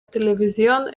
télévision